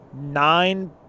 nine